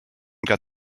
got